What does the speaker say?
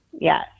yes